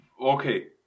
Okay